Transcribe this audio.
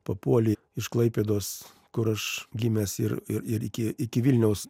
papuolė iš klaipėdos kur aš gimęs ir ir iki iki vilniaus